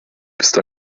bist